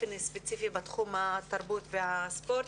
ובאופן הספציפי בתחום התרבות והספורט.